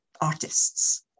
artists